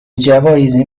جوایزی